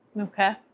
Okay